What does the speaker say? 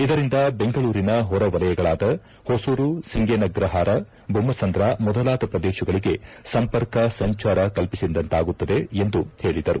ಇದರಿಂದ ಬೆಂಗಳೂರಿನ ಹೊರವಲಯಗಳಾದ ಹೊಸೂರು ಸಿಂಗೇನಗ್ರಹಾರ ಬೊಮ್ಜಸಂದ್ರ ಮೊದಲಾದ ಪ್ರದೇಶಗಳಿಗೆ ಸಂಪರ್ಕ ಸಂಜಾರ ಕಲ್ಪಿಸಿದಂತಾಗುತ್ತದೆ ಎಂದು ಹೇಳಿದರು